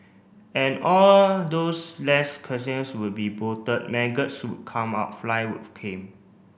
and all those less will be bloated maggots come out fly with came